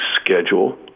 schedule